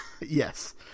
Yes